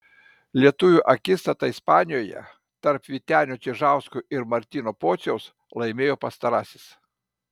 lietuvių akistatą ispanijoje tarp vytenio čižausko ir martyno pociaus laimėjo pastarasis